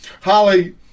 Holly